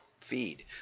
feed